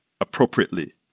appropriately